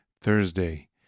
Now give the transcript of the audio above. thursday